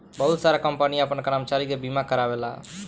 बहुत सारा कंपनी आपन कर्मचारी के बीमा कारावेला